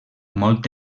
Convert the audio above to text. molt